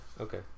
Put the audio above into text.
Okay